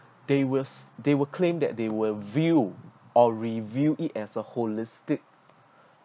they will they will claim that they will view or review it as a holistic